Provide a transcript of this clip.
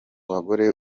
bagore